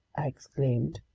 i exclaimed.